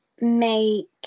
make